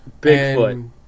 Bigfoot